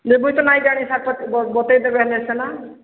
ନାଇଁ ଜାଣି ସାର୍ ବତେଇ ଦେବେ ହେନେ ସେନା